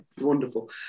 Wonderful